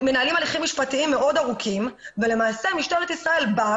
הליכים משפטיים מאוד ארוכים ולמעשה משטרת ישראל באה